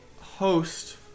host